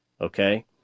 okay